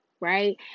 right